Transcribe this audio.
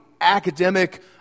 academic